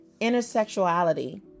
Intersexuality